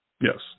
Yes